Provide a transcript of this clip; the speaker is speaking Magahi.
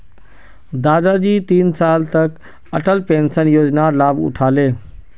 दादाजी तीन साल तक अटल पेंशन योजनार लाभ उठा ले